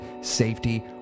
safety